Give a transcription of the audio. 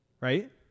right